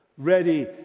ready